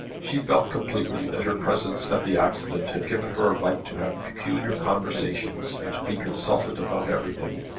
she felt completely that her presence at the accident had given her a right to have peculiar conversations and to be consulted about everything.